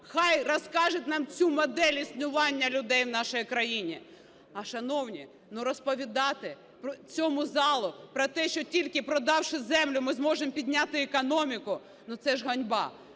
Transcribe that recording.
нехай розкажуть нам цю модель існування людей в нашій країні. А, шановні, розповідати цьому залу про те, що, тільки продавши землю, ми зможемо підняти економіку, це ж ганьба.